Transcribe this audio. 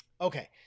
Okay